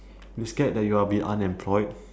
you scared that you will be unemployed